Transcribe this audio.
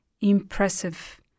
impressive